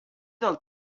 del